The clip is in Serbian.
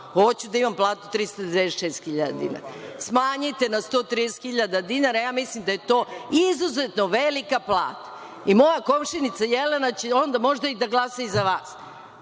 Hoću da imam platu 396.000 dinara, smanjite na 130.000.Ja mislim da je to izuzetno velika plata i moja komšinica Jelena će onda možda da glasa i za vas.